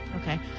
Okay